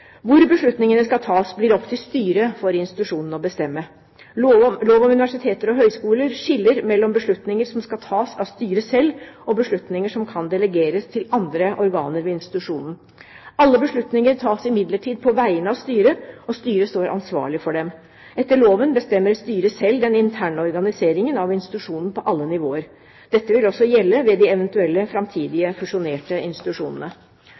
Hvor beslutningene skal tas, blir opp til styret for institusjonene å bestemme. Lov om universiteter og høyskoler skiller mellom beslutninger som skal tas av styret selv, og beslutninger som kan delegeres til andre organer ved institusjonen. Alle beslutninger tas imidlertid på vegne av styret, og styret står ansvarlig for dem. Etter loven bestemmer styret selv den interne organiseringen av institusjonen på alle nivåer. Dette vil også gjelde ved de eventuelle framtidige fusjonerte institusjonene.